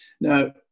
Now